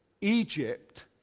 Egypt